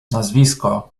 nazwisko